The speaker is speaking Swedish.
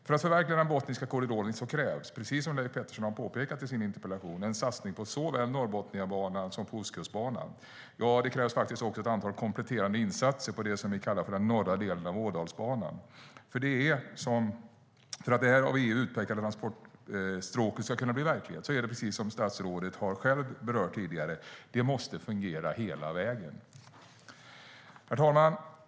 För att förverkliga Botniska korridoren krävs, precis som Leif Pettersson har påpekat i sin interpellation, en satsning på såväl Norrbotniabanan som Ostkustbanan. Ja, det krävs faktiskt också ett antal kompletterande insatser på det som vi kallar för den norra delen av Ådalsbanan. För att det av EU utpekade transportstråket ska kunna bli verklighet måste det, som statsrådet har berört tidigare, fungera hela vägen. Herr talman!